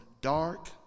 dark